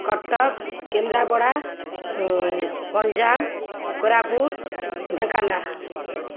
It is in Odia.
କଟକ କେନ୍ଦ୍ରାପଡ଼ା ଗଞ୍ଜାମ କୋରାପୁଟ ଢେଙ୍କାନାଳ